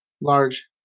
large